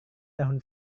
tahun